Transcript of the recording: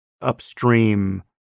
upstream